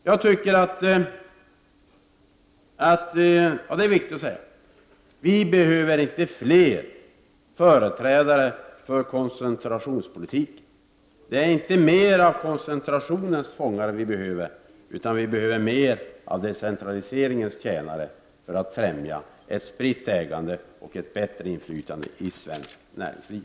Det är viktigt att säga att vi inte behöver fler företrädare för koncentrationspolitik. Det är inte fler koncentrationens fångar vi behöver, utan vi behöver mer av decentraliseringens tjänare för att främja ett spritt ägande och ett bättre inflytande i svenskt näringsliv.